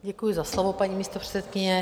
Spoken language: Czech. Děkuji za slovo, paní místopředsedkyně.